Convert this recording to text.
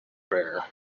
bear